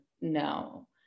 no